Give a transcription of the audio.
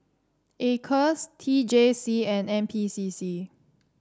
Acres T J C and N P C C